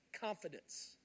Confidence